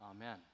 Amen